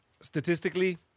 Statistically